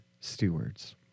stewards